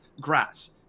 grass